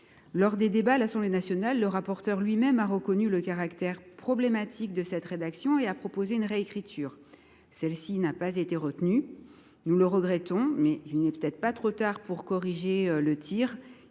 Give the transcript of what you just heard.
Lors des débats à l’Assemblée nationale, le rapporteur lui même a reconnu le caractère problématique de cette rédaction et a proposé une réécriture de l’alinéa, qui n’a pas été retenue. Nous le regrettons, mais il n’est peut être pas trop tard pour corriger le tir